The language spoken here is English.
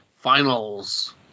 Finals